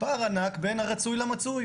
פער ענק בין הרצוי למצוי.